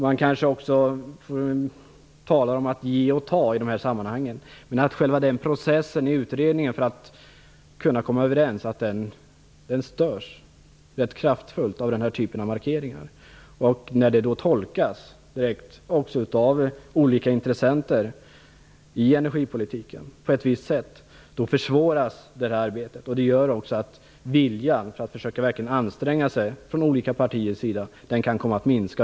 Man kan också tala om att ge och ta i dessa sammanhang. Själva processen för att komma överens i utredningen störs rätt kraftfullt av den här typen av markeringar. När de också av olika intressenter i energipolitiken tolkas på ett visst sätt försvåras arbetet. Det gör att viljan att verkligen försöka anstränga sig från olika partiers sida kan komma att minska.